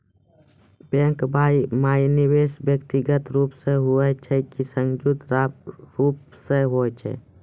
Bank माई निवेश व्यक्तिगत रूप से हुए छै की संयुक्त रूप से होय छै?